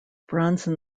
bronson